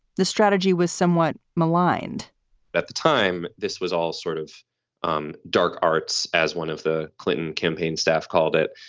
the strategy was somewhat maligned at the time this was all sort of um dark arts as one of the clinton campaign staff called it,